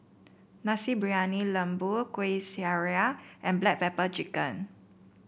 Nasi Briyani Lembu Kueh Syara and Black Pepper Chicken